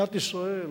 מדינת ישראל,